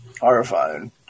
horrifying